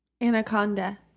Anaconda